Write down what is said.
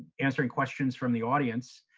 answering questions from the audience.